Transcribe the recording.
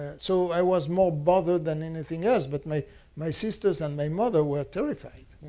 so i was more bothered than anything else. but my my sisters and my mother were terrified.